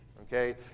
Okay